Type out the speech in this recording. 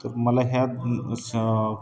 तर मला ह्यात असं